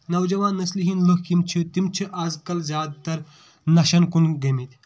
نوجوان نسلی ہٕنٛد لُکھ یِم چھِ تِم چھِ آز کل زیادٕ تر نشن کُن گٔمٕتۍ